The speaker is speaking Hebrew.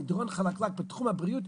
זה מדרון חלקלק בתחום הבריאות,